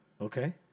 Okay